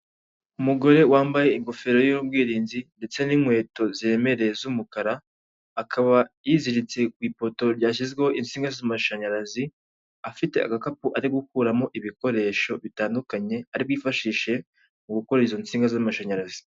Umugore wambaye ingofero y'ubwirinzi ndetse n'inkweto ziremereye z'umukara akaba yiziritse ku ipoto ryashyizweho insinga z'amashanyarazi afite agakapu ari gukuramo ibikoresho bitandukanye ari bwifashishe mu gukora izo nsinga z'amashanyarazi.